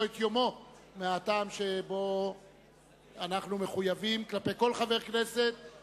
את יומו מהטעם שאנחנו מחויבים כלפי כל חבר כנסת,